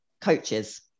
coaches